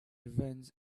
revenge